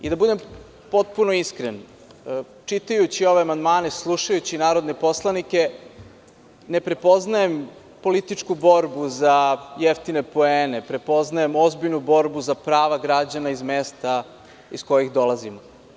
Da budem potpuno iskren, čitajući ove amandmane, slušajući narodne poslanike, ne prepoznajem političku borbu za jeftine poene, prepoznajem ozbiljnu borbu za prava građana iz mesta iz kojih dolazimo.